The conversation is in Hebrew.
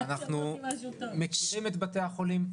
אנחנו מכירים את בתי החולים,